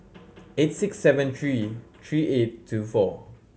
eight six seven three three eight two four